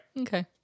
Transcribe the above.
Okay